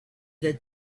that